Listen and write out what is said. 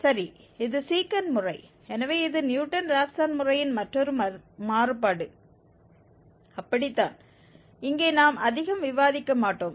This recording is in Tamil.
சரி இது சீக்கன்ட் முறை எனவே இது நியூட்டன் ராப்சன் முறையின் மற்றொரு மாறுபாடு அப்படிதான் இங்கே நாம் அதிகம் விவாதிக்க மாட்டோம்